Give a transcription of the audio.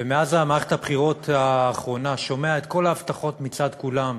ומאז מערכת הבחירות האחרונה שומע את כל ההבטחות מצד כולם,